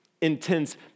intense